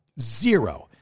Zero